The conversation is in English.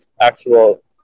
actual